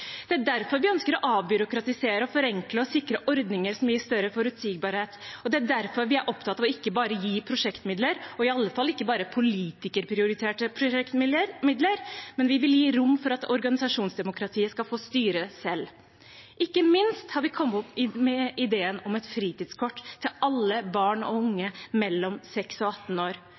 Det er derfor vi ønsker å avbyråkratisere, forenkle og sikre ordninger som gir større forutsigbarhet, og det er derfor vi er opptatt av ikke bare å gi prosjektmidler, og iallfall ikke bare politikerprioriterte prosjektmidler – vi vil gi rom for at organisasjonsdemokratiet skal få styre selv. Ikke minst har vi kommet med ideen om et fritidskort til alle barn og unge mellom 6 og 18 år,